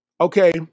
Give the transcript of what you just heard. okay